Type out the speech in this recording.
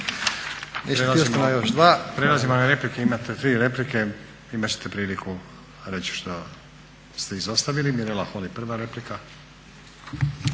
Prelazimo na replike. Imate tri replike. Imat ćete priliku reći što ste izostavili. Mirela Holy, prva replika.